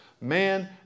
Man